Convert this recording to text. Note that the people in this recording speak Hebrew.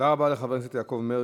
תודה רבה לחבר הכנסת יעקב מרגי.